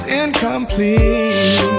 incomplete